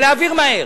ולהעביר מהר,